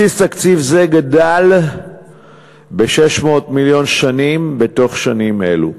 בסיס תקציב זה גדל ב-600 מיליון שנים בתוך שנים אלה.